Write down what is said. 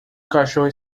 cachorro